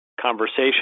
conversation